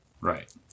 Right